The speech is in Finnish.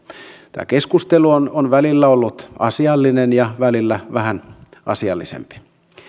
tämä keskustelu on on välillä ollut asiallinen ja välillä vähän asiallisempi